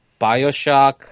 Bioshock